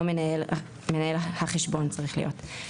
מנהל חשבון; מנהל החשבון צריך להיות.